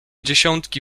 dziesiątki